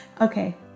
Okay